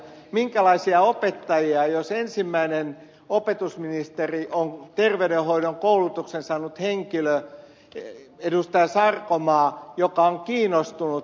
minkälaisia opettajia jos ensimmäinen opetusministeri joka on kiinnostunut luokkakoosta on terveydenhoidon koulutuksen saanut henkilö kielsi edustaja sai omaa jota on ed